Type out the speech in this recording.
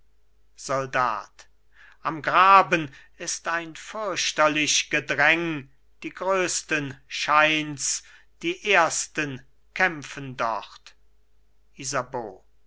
soldat am graben ist ein fürchterlich gedräng die größten scheints die ersten kämpfen dort isabeau